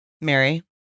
mary